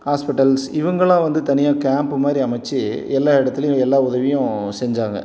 hospitals இவங்கலாம் வந்து தனியாக கேம்ப் மாதிரி அமைச்சி எல்லா இடத்துலையும் எல்லா உதவியும் செஞ்சாங்க